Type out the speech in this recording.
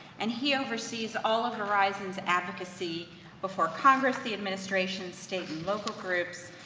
and he oversees all of verizon's advocacy before congress, the administration, state and local groups.